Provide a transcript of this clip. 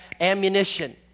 ammunition